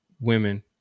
women